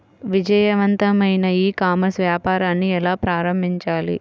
విజయవంతమైన e commerce వ్యాపారాన్ని ఎలా ప్రారంభించాలి?